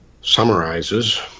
summarizes